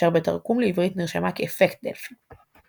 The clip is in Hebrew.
אשר בתרגום לעברית נרשמה כאפקט דלפי.